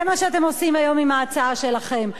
זה מה שאתם עושים היום עם ההצעה שלכם.